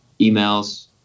emails